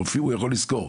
רופאים הוא יכול לשכור.